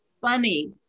funny